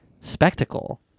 spectacle